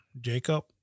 Jacob